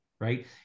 right